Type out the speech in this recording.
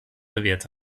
verwehrt